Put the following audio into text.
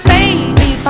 Baby